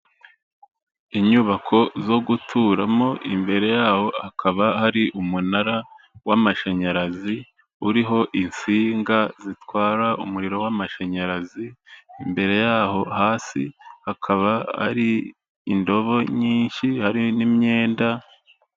Inyubako zo guturamo imbere yaho hakaba hari umunara w' amashanyarazi uriho insinga zitwara umuriro w'amashanyarazi, imbere yaho hasi hakaba hari indobo nyinshi hari n'imyenda.